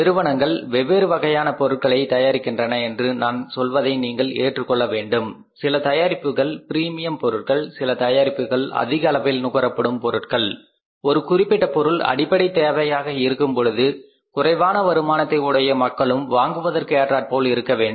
நிறுவனங்கள் வெவ்வேறு வகையான பொருட்களை தயாரிக்கின்றன என்று நான் சொல்வதை நீங்கள் ஏற்றுக்கொள்ள வேண்டும் சில தயாரிப்புகள் பிரீமியம் பொருட்கள் சில தயாரிப்புகள் அதிக அளவில் நுகரப்படும் பொருட்கள் ஒரு குறிப்பிட்ட பொருள் அடிப்படைத் தேவையாக இருக்கும் பொழுது குறைவான வருமானத்தை உடைய மக்களும் வாங்குவதற்கு ஏற்றாற்போல் இருக்க வேண்டும்